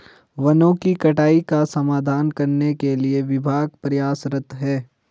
वनों की कटाई का समाधान करने के लिए विभाग प्रयासरत है